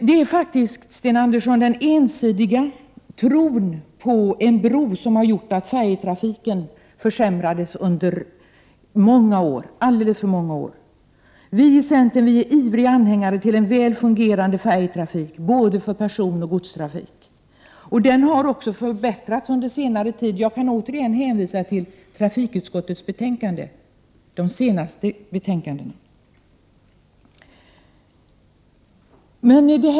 Det är faktiskt, Sten Andersson, den ensidiga tron på en bro som har gjort att färjetrafiken försämrades under många år, under alltför många år. Vi i centern är ivriga anhängare av en väl fungerande färjetrafik för både personoch godstrafik. Den har också förbättrats under senare tid. Jag kan återigen hänvisa till trafikutskottets senaste betänkanden.